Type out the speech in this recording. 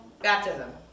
Baptism